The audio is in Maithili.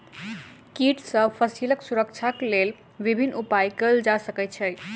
कीट सॅ फसीलक सुरक्षाक लेल विभिन्न उपाय कयल जा सकै छै